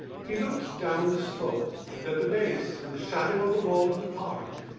he looked down the slope and, at the base, in the shadow of the wall of the park,